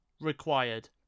required